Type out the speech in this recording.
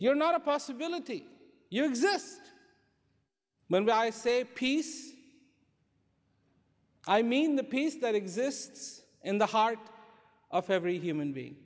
you're not a possibility you exist when i say peace i mean the peace that exists in the heart of every human being